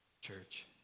Church